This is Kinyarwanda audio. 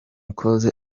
close